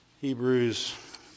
Hebrews